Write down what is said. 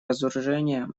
разоружения